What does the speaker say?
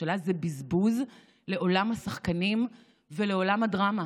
ממשלה זה בזבוז לעולם השחקנים ולעולם הדרמה.